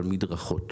על מדרכות.